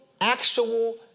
actual